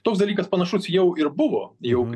toks dalykas panašus jau ir buvo jau